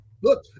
look